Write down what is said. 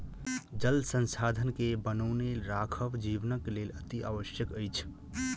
जल संसाधन के बनौने राखब जीवनक लेल अतिआवश्यक अछि